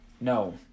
No